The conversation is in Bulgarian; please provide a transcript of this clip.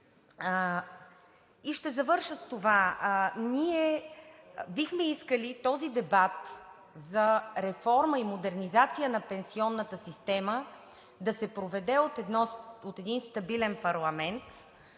Ще завърша с това. Ние бихме искали този дебат за реформа и модернизация на пенсионната система да се проведе от един стабилен парламент